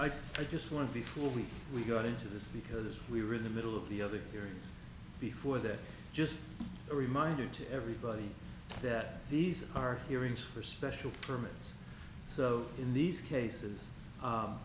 think i just want before we we got into this because we were in the middle of the of the year before that just a reminder to everybody that these are hearings for special permits so in these cases